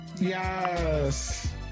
Yes